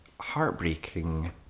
heartbreaking